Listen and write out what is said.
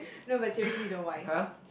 no but seriously though why